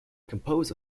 compose